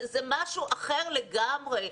זה משהו אחר לגמרי.